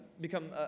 become